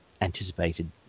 anticipated